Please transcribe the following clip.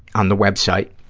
on the web site,